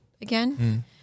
again